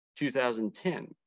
2010